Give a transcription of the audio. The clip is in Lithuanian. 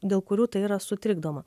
dėl kurių tai yra sutrikdoma